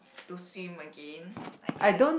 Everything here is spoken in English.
to swim again I guess